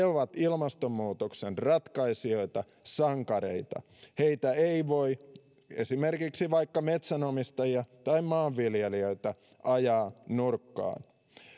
ovat ilmastonmuutoksen ratkaisijoita sankareita heitä ei voi esimerkiksi vaikka metsänomistajia tai maanviljelijöitä ajaa nurkkaan